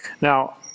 Now